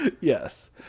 Yes